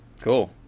Cool